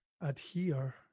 adhere